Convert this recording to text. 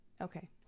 Okay